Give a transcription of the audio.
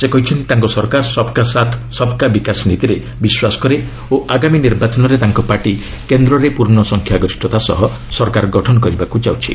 ସେ କହିଛନ୍ତି ତାଙ୍କ ସରକାର ସବ୍ କା ସାଥ୍ ସବ୍ କା ବିକାଶ ନୀତିରେ ବିଶ୍ୱାସ କରେ ଓ ଆଗାମୀ ନିର୍ବାଚନରେ ତାଙ୍କ ପାର୍ଟି କେନ୍ଦରେ ପୂର୍ଣ୍ଣ ସଂଖ୍ୟାଗରିଷ୍ଠତା ସହ ସରକାର ଗଠନ କରିବାକୁ ଯାଉଛି